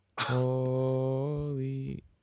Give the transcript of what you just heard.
holy